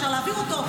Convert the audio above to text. אפשר להעביר אותו.